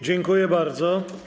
Dziękuję bardzo.